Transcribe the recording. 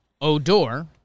Odor